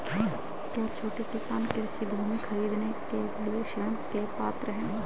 क्या छोटे किसान कृषि भूमि खरीदने के लिए ऋण के पात्र हैं?